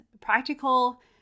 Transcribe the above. practical